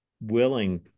willing